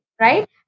Right